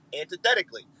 antithetically